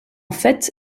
fait